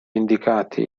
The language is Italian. indicati